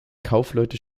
kaufleute